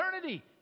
eternity